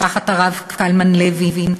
משפחת הרב קלמן לוין,